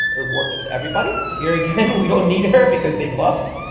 it worked with everybody here again. we don't need her because they buffed